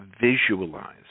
Visualize